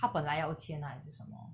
他本来要钱啊还是什么